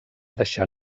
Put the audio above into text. deixar